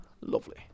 Lovely